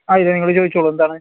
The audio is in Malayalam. ആ ഇത് നിങ്ങൾ ചോദിച്ചോളൂ എന്താണ്